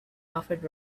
offered